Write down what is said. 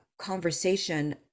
conversation